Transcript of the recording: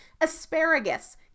Asparagus